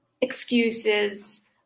excuses